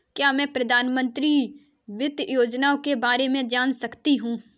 क्या मैं प्रधानमंत्री वित्त योजना के बारे में जान सकती हूँ?